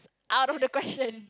out of the question